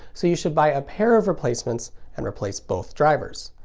so you should buy a pair of replacements and replace both drivers.